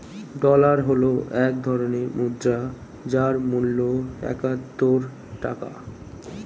dollar হল এক ধরনের মুদ্রা যার মূল্য একাত্তর টাকা